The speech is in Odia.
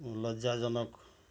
ଲଜ୍ୟାଜନକ